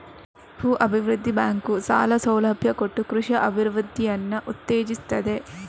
ಭೂ ಅಭಿವೃದ್ಧಿ ಬ್ಯಾಂಕು ಸಾಲ ಸೌಲಭ್ಯ ಕೊಟ್ಟು ಕೃಷಿಯ ಅಭಿವೃದ್ಧಿಯನ್ನ ಉತ್ತೇಜಿಸ್ತದೆ